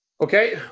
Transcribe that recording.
Okay